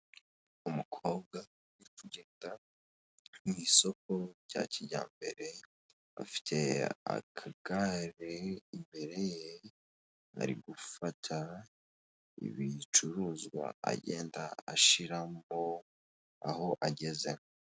Ubu ngubu ni ubucuruzi bw'amafaranga. Ahangaha turabona amafaranga y'amanyarwanda, amafaranga y'amanyamahanga, amadorari bitewe nayo ukeneye uraza ukazana amanyarwanda bakaguhereza amanyamahanga cyangwa ukazana amanyamahanga bakaguha amanyarwanda.